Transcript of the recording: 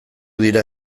dira